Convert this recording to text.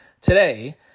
today